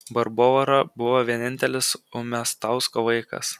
barbora buvo vienintelis umiastausko vaikas